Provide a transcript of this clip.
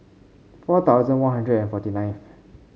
four thousand One Hundred and forty nine